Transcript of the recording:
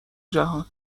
جهان